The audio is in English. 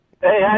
Hey